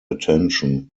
attention